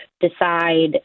decide